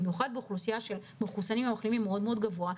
במיוחד באוכלוסייה של מחוסנים או מחלימים מאוד גבוה,